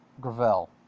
Gravel